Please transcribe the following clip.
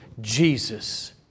Jesus